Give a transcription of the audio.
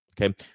Okay